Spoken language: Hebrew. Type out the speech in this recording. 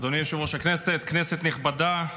אדוני יושב-ראש הכנסת, כנסת נכבדה,